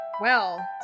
Well